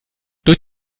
durch